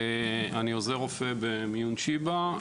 עוזר רופא במיון שיבא,